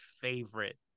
favorite